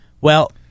Well-